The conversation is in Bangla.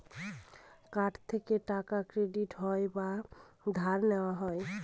কার্ড থেকে টাকা ক্রেডিট হয় বা ধার নেওয়া হয়